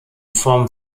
form